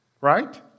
right